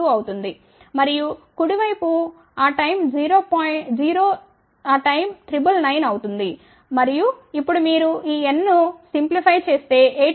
2 అవుతుంది మరియు కుడి వైపు ఆ టైమ్ 999 అవుతుంది మరియు ఇప్పుడు మీరు ఈ n ను సరళీకృతం చేస్తే 18